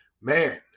Man